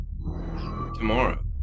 tomorrow